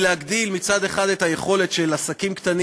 היא להגדיל מצד אחד את היכולת של עסקים קטנים